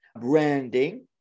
branding